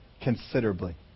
considerably